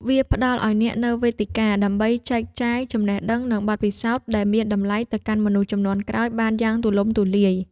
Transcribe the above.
វាផ្ដល់ឱ្យអ្នកនូវវេទិកាដើម្បីចែកចាយចំណេះដឹង និងបទពិសោធន៍ដែលមានតម្លៃទៅកាន់មនុស្សជំនាន់ក្រោយបានយ៉ាងទូលំទូលាយ។